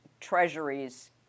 treasuries